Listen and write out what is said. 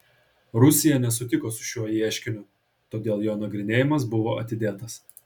rusija nesutiko su šiuo ieškiniu todėl jo nagrinėjimas buvo atidėtas